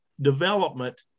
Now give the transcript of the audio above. development